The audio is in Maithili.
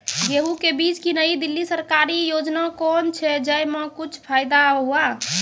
गेहूँ के बीज की नई दिल्ली सरकारी योजना कोन छ जय मां कुछ फायदा हुआ?